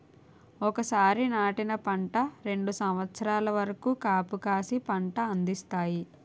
ఒకసారి నాటిన పంట రెండు సంవత్సరాల వరకు కాపుకాసి పంట అందిస్తాయి